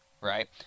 right